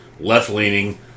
left-leaning